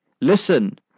listen